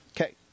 Okay